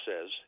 says